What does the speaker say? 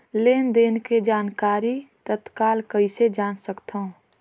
लेन देन के जानकारी तत्काल कइसे जान सकथव?